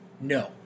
No